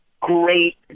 great